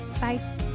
Bye